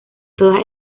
todas